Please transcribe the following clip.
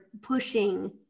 pushing